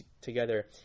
together